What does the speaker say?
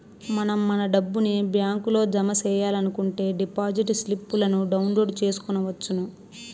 మనం మన డబ్బుని బ్యాంకులో జమ సెయ్యాలనుకుంటే డిపాజిట్ స్లిప్పులను డౌన్లోడ్ చేసుకొనవచ్చును